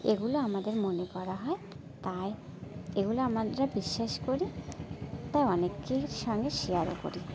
এগুলো আমাদের মনে করা হয় তাই এগুলো আমরা বিশ্বাস করি তাই অনেকের সঙ্গে শেয়ার করি